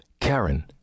Karen